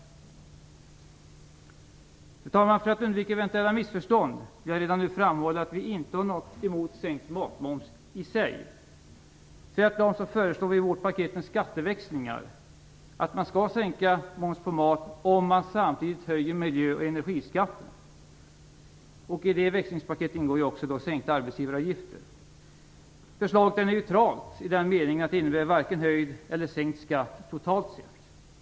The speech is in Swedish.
Fru talman! För att undvika eventuella missförstånd vill jag redan nu framhålla att vi inte har något emot sänkt matmoms i sig. Tvärtom föreslår vi det i vårt paket med skatteväxlingar att man skall sänka moms på mat om man samtidigt höjer miljö och energiskatter. I det växlingspaketet ingår också sänkta arbetsgivaravgifter. Förslaget är neutralt i den meningen att det totalt sett varken innebär höjd skatt eller sänkt skatt.